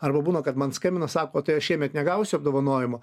arba būna kad man skambina sakoo tai šiemet negausiu apdovanojimo